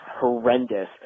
horrendous